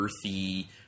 earthy